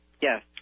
Yes